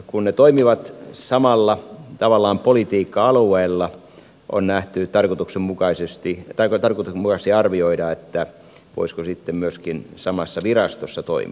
kun ne toimivat tavallaan samalla politiikka alueella on nähty tarkoituksenmukaiseksi arvioida voisivatko ne sitten myöskin samassa virastossa toimia